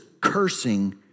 cursing